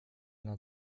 nad